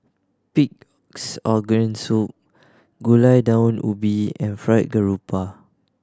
Pig's Organ Soup Gulai Daun Ubi and Fried Garoupa